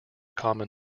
common